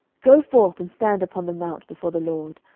go forth, and stand upon the mount before the lord.